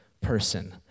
person